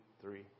three